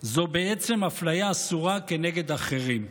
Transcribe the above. זו בעצם אפליה אסורה כנגד אחרים.